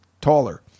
taller